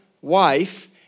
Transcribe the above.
wife